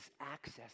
access